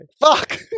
Fuck